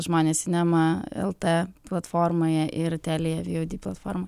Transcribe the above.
žmonės cinema lt platformoje ir telia vod platforma